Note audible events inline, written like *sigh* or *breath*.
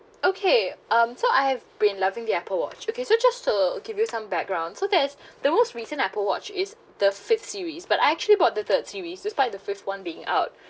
okay um so I have been loving the Apple watch okay so just to give you some background so there is *breath* the most recent Apple watch is the fifth series but I actually bought the third series despite the fifth one being out